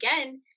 again